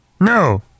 no